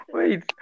Wait